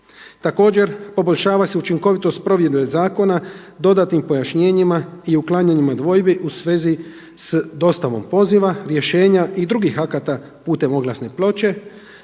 Također poboljšava se učinkovitost provedbe zakona dodatnim pojašnjenjima i uklanjanjem dvojbi u svezi s dostavom poziva, rješenja i drugih akata putem oglasne ploče,